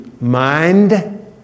mind